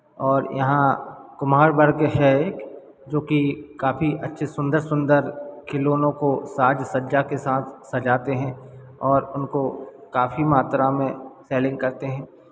और यहाँ कुम्हार वर्ग है एक जोकि काफी अच्छे सुंदर सुंदर खिलौनों को साज सज्जा के साथ सजाते हैं और उनको काफ़ी मात्रा में सेलिंग करते हैं